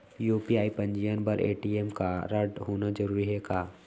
UPI पंजीयन बर ATM कारडहोना जरूरी हे का?